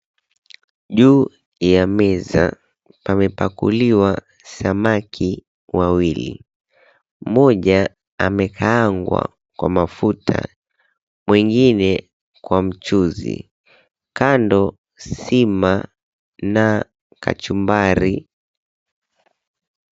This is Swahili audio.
Juu ya meza pamepakuliwa samaki wawili mmoja ame kaangwa kwa mafuta mwengine kwa mchuzi kando sima na kachumbari.